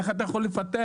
איך אתה יכול לפתח?